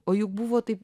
o juk buvo taip